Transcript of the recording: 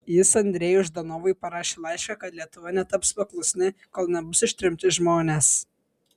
jis andrejui ždanovui parašė laišką kad lietuva netaps paklusni kol nebus ištremti žmonės